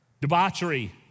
Debauchery